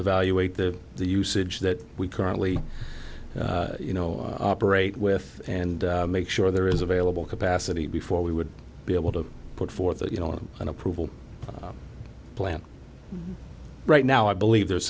evaluate the the usage that we currently you know operate with and make sure there is available capacity before we would be able to put forth that you know an approval plant right now i believe there